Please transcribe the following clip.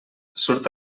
surt